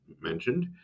mentioned